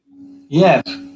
Yes